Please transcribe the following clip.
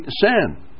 sin